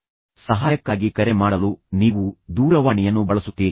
ಹಾಗಾದರೆ ಯಾರಿಗಾದರೂ ಫೋನ್ ನಲ್ಲಿ ಏಕೆ ಕರೆ ಮಾಡುತ್ತೀರಿ ಮತ್ತು ನೀವು ಯಾವಾಗ ಫೋನ್ ಬಳಸುತ್ತೀರಿ